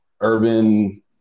urban